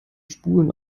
spulen